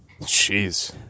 Jeez